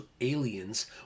aliens